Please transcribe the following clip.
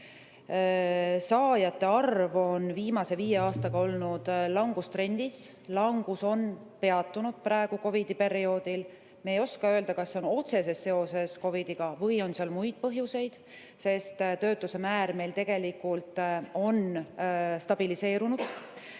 Saajate arv on viimase viie aastaga olnud langustrendis, langus on peatunud praegu COVID-i perioodil. Me ei oska öelda, kas see on otseses seoses COVID-iga või on seal muid põhjuseid, sest töötuse määr meil tegelikult on stabiliseerunud.